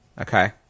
Okay